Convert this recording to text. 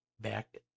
back